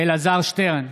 אלעזר שטרן,